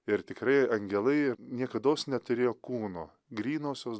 ir tikrai angelai niekados neturėjo kūno grynosios